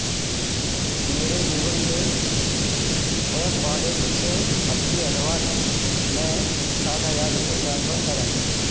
मेरे Google Pay app wallet से भक्ति हटवाल में साठ हज़ार रुपये ट्रांसफ़र करें